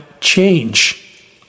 change